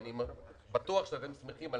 אני בטוח שהוא יודע